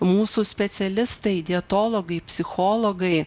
mūsų specialistai dietologai psichologai